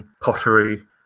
pottery